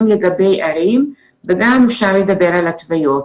לגבי הערים וגם אפשר לדבר על ההתוויות.